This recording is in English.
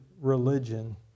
religion